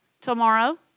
tomorrow